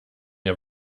ihr